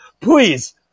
please